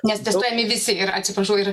nes testuojami visi ir atsiprašau ir